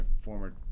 former